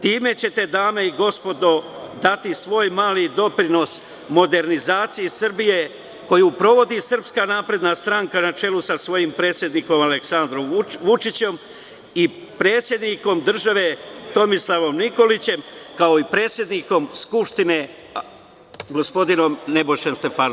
Time ćete, dame i gospodo, dati svoj mali doprinos modernizaciji Srbije, koju provodi SNS na čelu sa svojim predsednikom Aleksandrom Vučićem, predsednikom države Tomislavom Nikolićem i predsednikom Skupštine, gospodinom Nebojšom Stefanovićem.